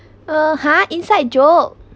uh ha inside joke